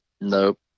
Nope